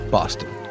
Boston